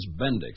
Bendix